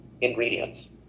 Ingredients